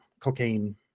cocaine